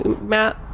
Matt